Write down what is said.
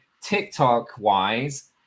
TikTok-wise